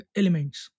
elements